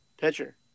pitcher